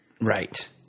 Right